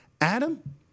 Adam